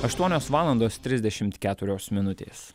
aštuonios valandos trisdešimt keturios minutės